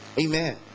Amen